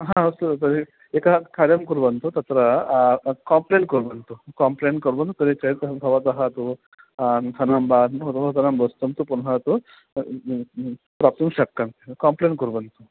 हा अस्तु तर्हि एकं कार्यं कुर्वन्तु तत्र काम्प्लेण्ट् कुर्वन्तु काम्प्लेण्ट् कुर्वन्तु तर्हि चेत् भवतः तु धनं वा नू नूतनं वस्तु तु पुनः तु प्राप्तुं शक्यं काम्प्लेण्ट् कुर्वन्तु